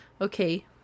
Okay